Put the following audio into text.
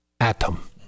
atom